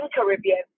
Caribbean